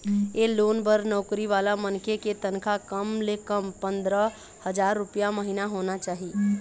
ए loan बर नउकरी वाला मनखे के तनखा कम ले कम पंदरा हजार रूपिया महिना होना चाही